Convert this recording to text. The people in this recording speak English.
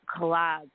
collab